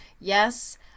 Yes